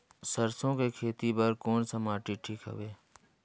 सरसो के खेती बार कोन सा माटी ठीक हवे?